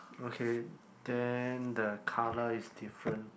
okay then the colour is different